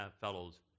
fellow's